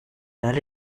tell